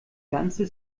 ganze